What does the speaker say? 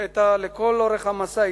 שהיתה אתנו לכל אורך המסע.